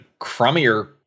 crummier